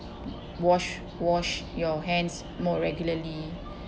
uh wash wash your hands more regularly